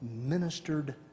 ministered